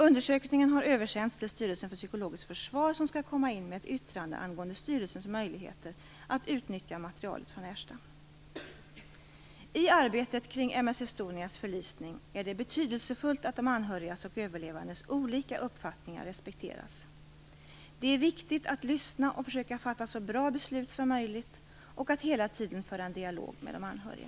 Undersökningen har översänts till Styrelsen för psykologiskt försvar, som skall komma in med ett yttrande angående styrelsens möjligheter att utnyttja materialet från Ersta. I arbetet kring m/s Estonias förlisning är det betydelsefullt att de anhörigas och överlevandes olika uppfattningar respekteras. Det är viktigt att lyssna och försöka fatta så bra beslut som möjligt - och att hela tiden föra en dialog med de anhöriga.